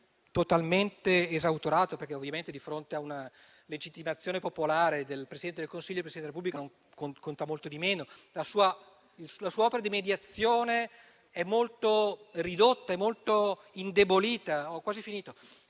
totalmente esautorato, perché ovviamente, di fronte a una legittimazione popolare del Presidente del Consiglio, il Presidente della Repubblica conta molto di meno e la sua opera di mediazione è molto ridotta e molto indebolita.